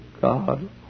God